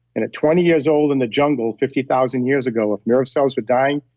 and at twenty years old in the jungle fifty thousand years ago, if nerve cells were dying,